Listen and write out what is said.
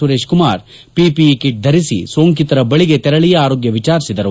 Suresh Kumar PPE kit ಧರಿಸಿ ಸೋಂಕಿತರ ಬಳಿಗೆ ತೆರಳಿ ಆರೋಗ್ಯ ವಿಚಾರಿಸಿದರು